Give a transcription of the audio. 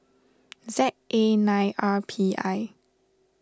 Z A nine R P I